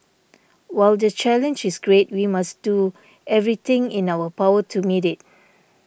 while the challenge is great we must do everything in our power to meet it